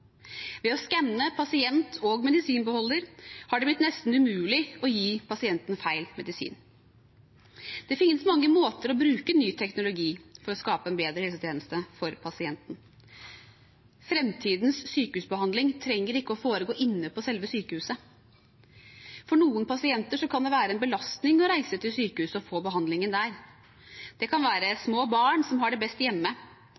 Ved å skanne pasient og medisinbeholder har det blitt nesten umulig å gi pasienten feil medisin. Det finnes mange måter å bruke ny teknologi på for å skape en bedre helsetjeneste for pasienten. Fremtidens sykehusbehandling trenger ikke å foregå inne på selve sykehuset. For noen pasienter kan det være en belastning å reise til sykehuset og få behandlingen der. Det kan være små barn som har det best hjemme.